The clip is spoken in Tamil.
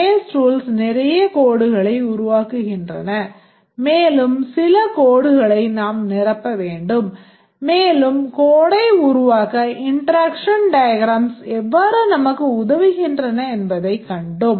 case tools நிறைய codeகளை உருவாக்குகின்றன மேலும் சில codeடுகளை நாம் நிரப்ப வேண்டும் மேலும் codeடை உருவாக்க interaction diagrams எவ்வாறு நமக்கு உதவுகின்றன என்பதைக் கண்டோம்